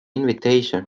invitation